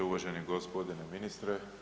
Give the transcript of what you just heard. Uvaženi gospodine ministre.